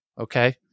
okay